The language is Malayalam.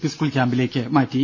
പി സ്കൂൾ ക്യാമ്പിലേക്ക് മാറ്റി